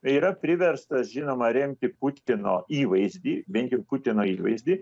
yra priverstas žinoma remti putino įvaizdį bent jau putino įvaizdį